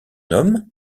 homme